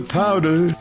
powder